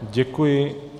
Děkuji.